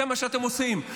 זה מה שאתם עושים.